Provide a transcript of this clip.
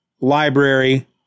library